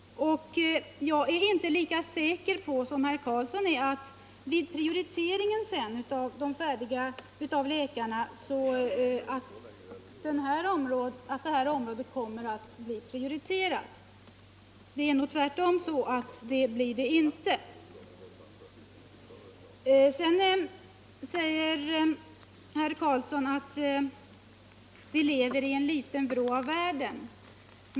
Jag är inte lika säker som herr Karlsson i Huskvarna att man kommer att prioritera läkartillgången på det här området. Det är nog snarare tvärtom. Sedan säger herr Karlsson att vi lever i en liten vrå av världen.